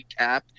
recap